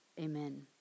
Amen